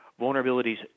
vulnerabilities